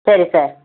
சரி சார்